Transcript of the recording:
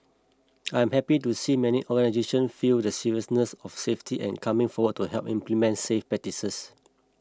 I am happy to see many organisations view the seriousness of safety and coming forward to help implement safe practices